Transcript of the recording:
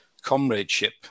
comradeship